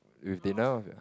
with dinner